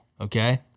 okay